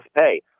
pay